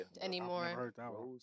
anymore